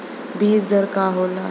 बीज दर का होला?